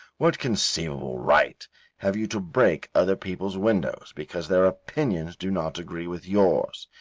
what conceivable right have you to break other people's windows because their opinions do not agree with yours?